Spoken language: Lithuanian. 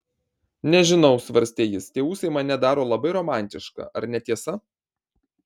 nežinau svarstė jis tie ūsai mane daro labai romantišką ar ne tiesa